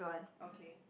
okay